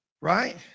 Right